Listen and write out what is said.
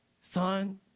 Son